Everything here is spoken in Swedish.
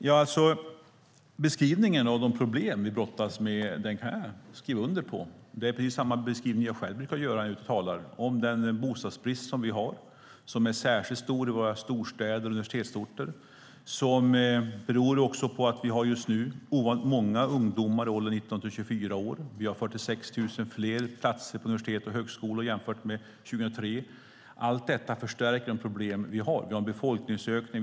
Herr talman! Beskrivningen av de problem vi brottas med kan jag skriva under på. Det är precis samma beskrivning jag själv brukar göra när jag talar om den bostadsbrist som vi har, som är särskilt stor i våra storstäder och universitetsorter. Den beror också på att vi just nu har ovanligt många ungdomar i åldern 19-24 år. Vi har 46 000 fler platser på universitet och högskolor jämfört med 2003. Allt detta förstärker de problem vi har. Vi har en befolkningsökning.